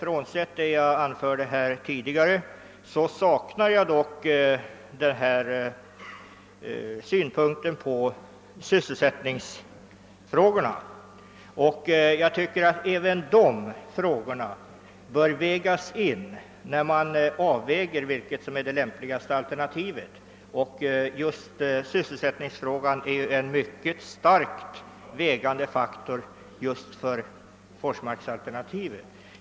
Oavsett hur det förhåller sig härmed saknar jag dock i svaret synpunkter på sysselsättningsfrågorna. Även dessa frågor bör läggas in vid bedömningen av vilket som är det lämpligaste alternativet. Sysselsättningsfrågan är ju en mycket starkt vägande faktor just i Forsmarksalternativet.